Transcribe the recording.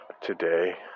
today